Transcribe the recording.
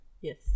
Yes